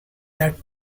that